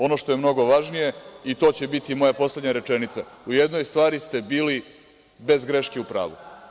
Ono što je mnogo važnije, i to će biti moja poslednja rečenica, u jednoj stvari ste bili bez greške u pravu.